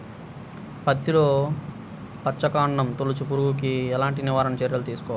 పత్తిలో వచ్చుకాండం తొలుచు పురుగుకి ఎలాంటి నివారణ చర్యలు తీసుకోవాలి?